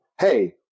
hey